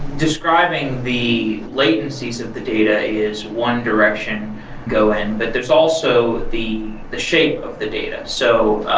describing the latencies of the data is one direction go in, but there's also the the shape of the data. so ah